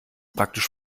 praktisch